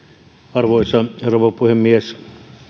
arvoisa rouva puhemies